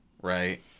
Right